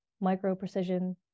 micro-precision